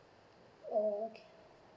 oh okay